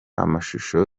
amashusho